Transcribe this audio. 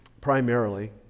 primarily